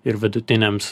ir vidutiniams